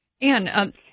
Anne